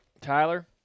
Tyler